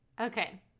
okay